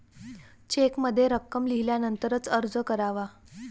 चेकमध्ये रक्कम लिहिल्यानंतरच अर्ज करावा